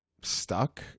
stuck